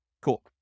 Cool